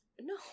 No